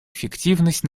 эффективность